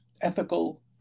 ethical